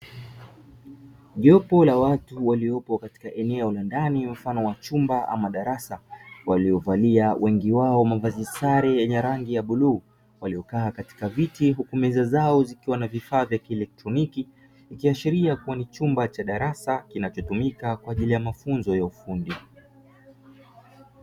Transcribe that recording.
Jopo la watu waliopo katika eneo la ndani mfano wa chumba ama darasa waliovalia wengi wao mavazi sare yenye rangi ya bluu waliokaa katika viti huku meza zao zikiwa na vifaa vya kieletroniki, ikiashiria kuwa ni chumba cha darasa kinachotumika kwa ajili ya mafunzo ya ufundi.